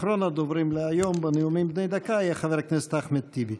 אחרון הדוברים להיום בנאומים בני דקה יהיה חבר הכנסת אחמד טיבי.